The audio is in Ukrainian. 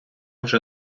вже